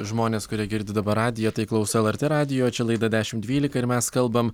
žmonės kurie girdi dabar radiją tai klauso lrt radijo laidą dešimt dvylika ir mes kalbam